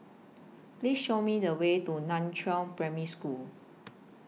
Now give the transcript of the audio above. Please Show Me The Way to NAN Chiau Primary School